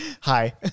Hi